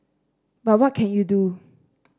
but what can you do